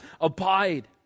Abide